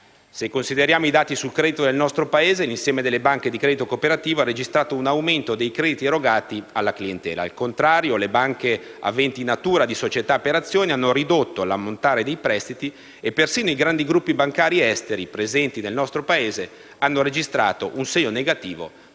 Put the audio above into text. Se consideriamo i dati sul credito nel nostro Paese, l'insieme delle banche di credito cooperativo ha registrato un aumento dei crediti erogati alla clientela. Al contrario, le banche aventi natura di società per azioni hanno ridotto l'ammontare dei prestiti e persino i grandi gruppi bancari esteri presenti nel nostro Paese hanno registrato un segno negativo nell'erogato.